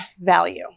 value